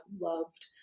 loved